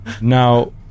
now